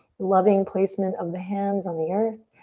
loving placement of the hands on the earth.